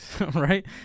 right